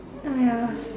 ah ya